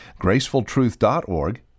gracefultruth.org